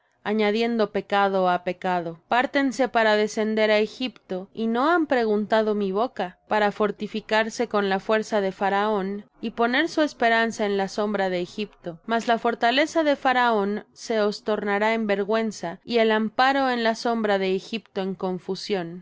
añadiendo pecado á pecado pártense para descender á egipto y no han preguntado mi boca para fortificarse con la fuerza de faraón y poner su esperanza en la sombra de egipto mas la fortaleza de faraón se os tornará en vergüenza y el amparo en la sombra de egipto en confusión